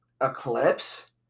Eclipse